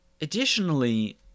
Additionally